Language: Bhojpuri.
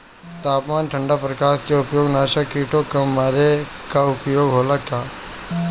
तापमान ठण्ड प्रकास का उपयोग नाशक कीटो के मारे ला उपयोग होला का?